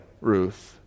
Ruth